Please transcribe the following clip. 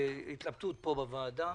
התלבטות בוועדה.